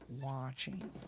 watching